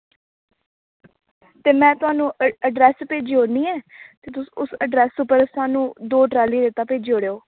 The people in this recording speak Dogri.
ते ओह् में थुहानू एड्रैस भेजी ओड़नी आं ते उस एड्रैस उप्पर स्हानू दौ ट्रालियां रेता भेजी ओड़ेओ ते